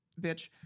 bitch